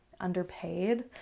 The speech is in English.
underpaid